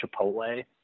Chipotle